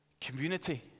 community